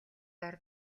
дор